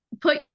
put